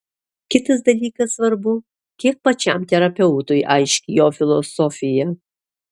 kitas dalykas svarbu kiek pačiam terapeutui aiški jo filosofija